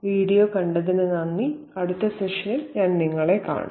video കണ്ടതിന് നന്ദി അടുത്ത സെഷനിൽ ഞാൻ നിങ്ങളെ കാണും